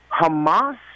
Hamas